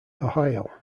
ohio